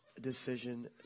decision